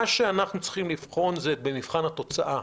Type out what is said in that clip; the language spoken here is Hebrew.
מה שאנחנו צריכים לבחון זה במבחן התוצאה,